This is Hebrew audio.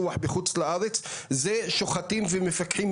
הנוהל הזה מ-2018 שנועד לשפר את רווחתם של בעלי החיים הוא לא אכיף,